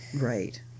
Right